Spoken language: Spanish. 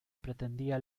pretendía